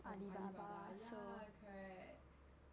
from alibaba ya correct